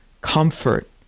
comfort